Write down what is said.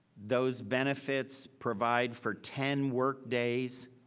those benefits provide for ten work days.